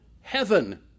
heaven